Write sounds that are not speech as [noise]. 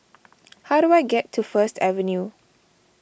[noise] how do I get to First Avenue